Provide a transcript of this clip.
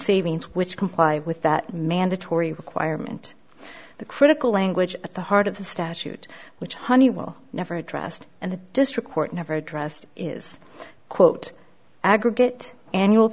savings which comply with that mandatory requirement the critical language at the heart of the statute which honeywell never addressed and the district court never addressed is quote aggregate annual